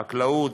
חקלאות,